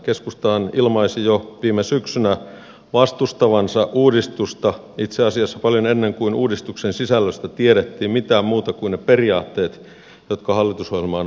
keskustahan ilmaisi jo viime syksynä vastustavansa uudistusta itse asiassa paljon ennen kuin uudistuksen sisällöstä tiedettiin mitään muuta kuin ne periaatteet jotka hallitusohjelmaan oli kirjattu